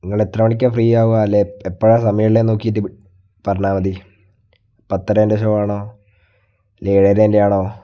നിങ്ങളെത്ര മണിക്കാണ് ഫ്രീ ആവുക അല്ലെങ്കിൽ എപ്പോഴാണ് സമയമുള്ളതെന്ന് നോക്കിയിട്ട് പറഞ്ഞാൽ മതി പത്തരേൻ്റെ ഷോ ആണോ അല്ലെങ്കിൽ ഏഴരേൻ്റെ ആണോ